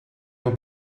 will